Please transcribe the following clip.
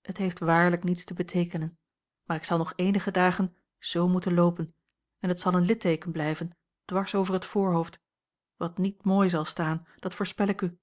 het heeft waarlijk niets te beteekenen maar ik zal nog eenige dagen z moeten loopen en het zal een litteeken blijven dwars over het voorhoofd wat niet mooi zal staan dat voorspel ik u